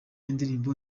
indirimbo